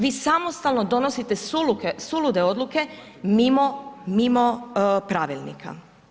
Vi samostalno donosite sulude odluke mimo pravilnika.